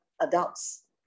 Adults